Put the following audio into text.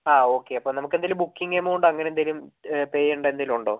ആ ഓക്കെ അപ്പം നമുക്ക് എന്തെങ്കിലും ബുക്കിംഗ് എമൗണ്ടോ അങ്ങനെ എന്തെങ്കിലും പേ ചെയ്യേണ്ട എന്തെങ്കിലും ഉണ്ടോ